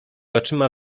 oczyma